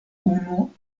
unu